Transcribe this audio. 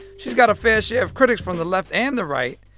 she's got a fair share of critics from the left and the right.